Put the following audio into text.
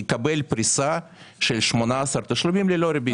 הוא יקבל פריסה של 18 תשלומים ללא ריבית.